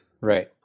Right